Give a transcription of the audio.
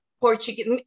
Portuguese